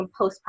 postpartum